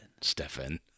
Stefan